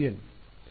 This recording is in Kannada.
UN